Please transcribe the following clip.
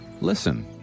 listen